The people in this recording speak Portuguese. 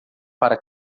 para